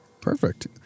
Perfect